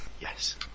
Yes